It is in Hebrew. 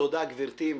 תודה, גברתי.